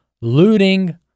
looting